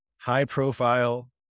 high-profile